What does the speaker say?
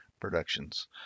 productions